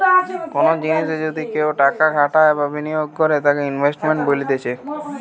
কোনো জিনিসে যদি কেও টাকা খাটাই বা বিনিয়োগ করে তাকে ইনভেস্টমেন্ট বলতিছে